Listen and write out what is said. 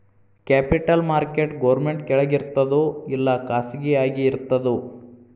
Capital market government ಕೆಳಗಿರ್ತದೋ ಇಲ್ಲಾ ಖಾಸಗಿಯಾಗಿ ಇರ್ತದೋ?